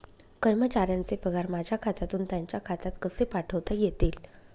कर्मचाऱ्यांचे पगार माझ्या खात्यातून त्यांच्या खात्यात कसे पाठवता येतील?